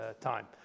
time